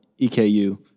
EKU